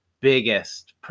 biggest